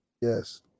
Yes